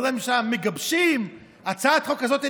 משרדי הממשלה מגבשים הצעת חוק כזאת.